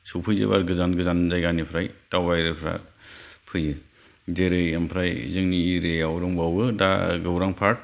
सफैजोबो गोजान गोजान जायगानिफ्राय दावबायारिफ्रा फैयो जेरै ओमफ्राय जोंनि एरियाआव दंबावो दा गौरां पार्क